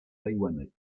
taïwanais